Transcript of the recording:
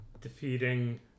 defeating